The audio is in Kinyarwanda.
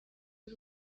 y’u